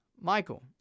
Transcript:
Michael